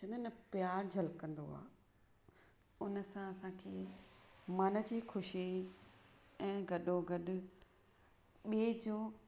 जनन प्यारु झलकंदो आहे उन सां असांखे मन जी ख़ुशी ऐं गॾो गॾु ॿिए जो